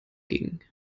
ging